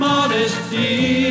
Modesty